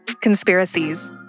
conspiracies